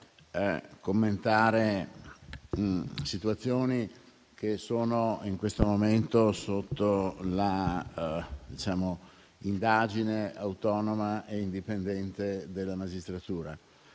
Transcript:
commentare situazioni che sono in questo momento sotto l'indagine autonoma e indipendente della magistratura.